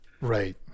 right